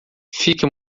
fique